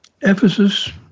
Ephesus